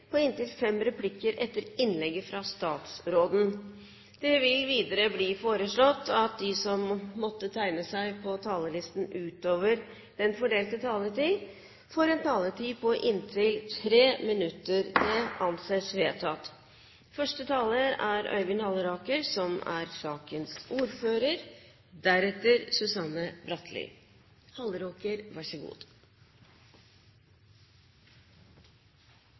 på inntil fem replikker med svar etter innlegget fra statsråden innenfor den fordelte taletid. Videre blir det foreslått at de som måtte tegne seg på talerlisten utover den fordelte taletid, får en taletid på inntil 3 minutter. – Det anses vedtatt. Dette er en viktig sak. Slik sett vil jeg gjerne få gi honnør til forslagsstillerne, som